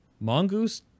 mongoose